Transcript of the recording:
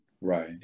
Right